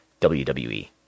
WWE